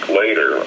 later